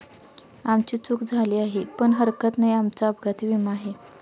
आमची चूक झाली आहे पण हरकत नाही, आमचा अपघाती विमा आहे